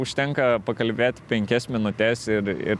užtenka pakalbėti penkias minutes ir ir